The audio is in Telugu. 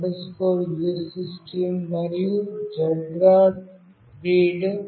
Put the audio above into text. read u16 మరియు Z